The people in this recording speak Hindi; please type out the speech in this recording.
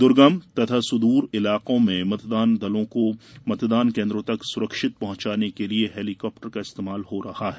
दूर्गम तथा सुदूर इलाकों में मतदान दलों को मतदान केन्द्रों तक सुरक्षित पहुंचाने के लिए हेलीकाप्टर का इस्तेमाल हो रहा है